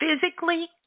physically